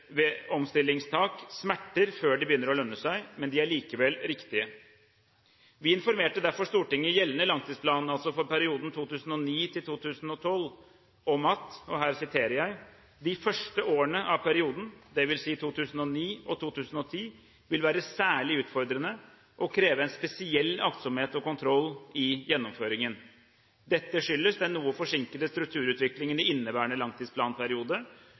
omstillingstak smerter før de begynner å lønne seg, men de er likevel riktige. Vi informerte derfor Stortinget i gjeldende langtidsplan – altså for perioden 2009–2012 – om følgende: «De første årene av perioden» – 2009–2010 – «vil være særlig utfordrende, og kreve en spesiell aktsomhet og kontroll i gjennomføringen. Dette skyldes den noe forsinkede strukturutviklingen i inneværende langtidsplanperiode